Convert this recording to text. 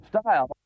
style